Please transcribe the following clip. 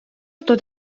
что